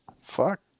Fuck